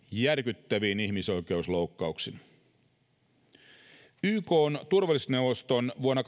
järkyttävin ihmisoikeusloukkauksin ykn turvallisuusneuvoston vuonna